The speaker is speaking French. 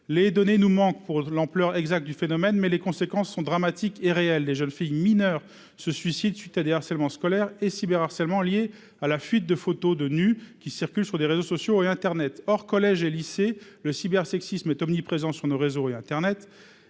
les données nous manque pour l'ampleur exacte du phénomène, mais les conséquences sont dramatiques est réel des jeunes filles mineures se suicide suite à du harcèlement scolaire et cyberharcèlement liée à la fuite de photos de nu qui circule sur des réseaux sociaux et Internet hors collèges et lycées, le cyber sexisme est omniprésent sur nos réseaux et Internet